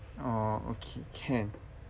orh okay can